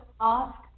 ask